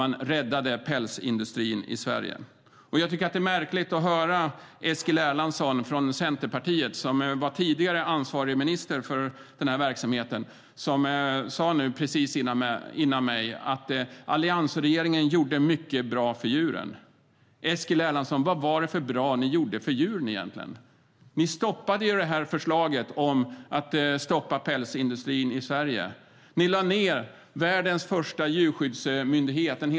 Man räddade då pälsindustrin i Sverige.Det var märkligt att precis före mitt anförande höra Eskil Erlandsson från Centerpartiet, tidigare ansvarig minister för verksamheten, säga att alliansregeringen gjorde många bra saker för djuren. Eskil Erlandsson, vad var det för bra ni gjorde för djuren egentligen?